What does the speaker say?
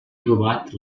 trobat